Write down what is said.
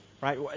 right